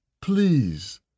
Please